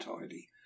tidy